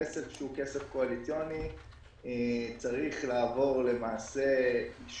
כסף שהוא כסף קואליציוני צריך לעבור אישור.